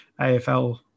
AFL